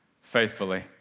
faithfully